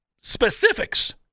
specifics